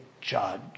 judge